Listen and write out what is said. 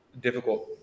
difficult